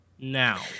now